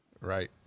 Right